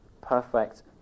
perfect